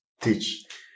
teach